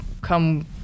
come